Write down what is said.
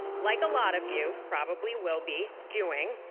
like a lot of you probably will be doing,